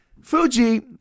Fuji